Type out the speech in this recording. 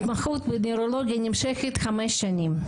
התמחות בנוירולוגיה נמשכת חמש שנים.